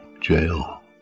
jail